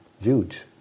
huge